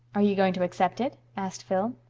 are you going to accept it? asked phil.